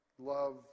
love